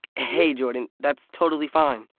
hey, jordan, that's totally fine.